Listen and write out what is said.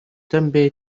també